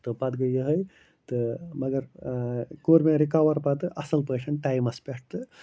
تہٕ پَتہٕ گٔے یِہوٚے تہٕ مگر کوٚر مےٚ رِکَوَر پَتہٕ اَصٕل پٲٹھۍ ٹایمَس پٮ۪ٹھ تہٕ